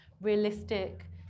realistic